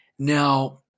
Now